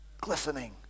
Glistening